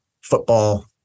football